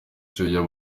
yakundaga